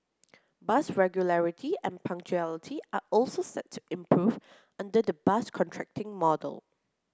bus regularity and punctuality are also set to improve under the bus contracting model